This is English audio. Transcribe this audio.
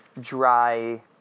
dry